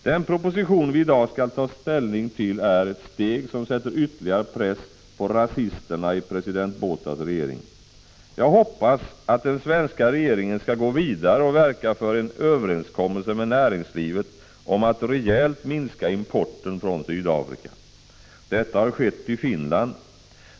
Den proposition vi i dag skall ta ställning till är ett steg som sätter ytterligare press på rasisterna i president Bothas regering. Jag hoppas att den svenska regeringen skall gå vidare och verka för en överenskommelse med näringslivet om att rejält minska importen från Sydafrika. Detta har skett i Finland.